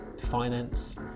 finance